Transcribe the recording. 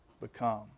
become